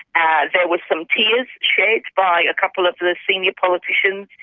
and there was some tears shed by a couple of the senior politicians.